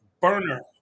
burner